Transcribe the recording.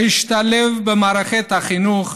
להשתלב במערכת החינוך,